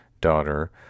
daughter